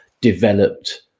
developed